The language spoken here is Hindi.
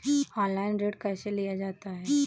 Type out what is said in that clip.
ऑनलाइन ऋण कैसे लिया जाता है?